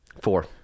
Four